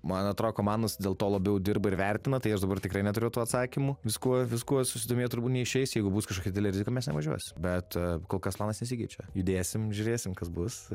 man atrodo komandos dėl to labiau dirba ir vertina tai aš dabar tikrai neturiu tų atsakymų viskuo viskuo susidomėt turbūt neišeis jeigu bus kažkokia didelė rizika mes nevažiuosim bet kol kas planas nesikeičia judėsim žiūrėsim kas bus